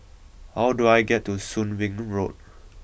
how do I get to Soon Wing Road